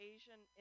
Asian